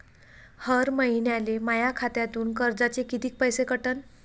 हर महिन्याले माह्या खात्यातून कर्जाचे कितीक पैसे कटन?